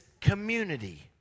community